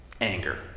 anger